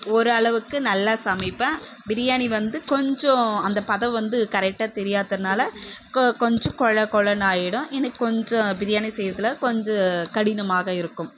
ஒரு அளவுக்கு நல்லா சமைப்பேன் பிரியாணி வந்து கொஞ்சம் அந்த பதம் வந்து கரெக்டாக தெரியாததினால கொஞ்சம் கொழ கொழன்னு ஆகிடும் எனக்கு கொஞ்சம் பிரியாணி செய்யறதில் கொஞ்சம் கடினமாக இருக்கும்